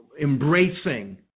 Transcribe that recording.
embracing